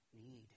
need